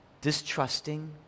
distrusting